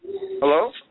Hello